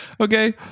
Okay